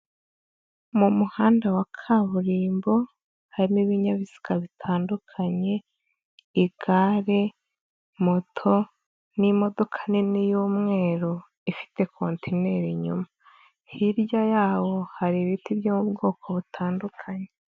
Mu muhanda wa kaburimbo harimo ibinyabiziga bitandukanye, igare, moto n'imodoka nini y'umweru ifite kontineri inyuma, hirya yawo hari ibiti byo mu bwoko butandukanye.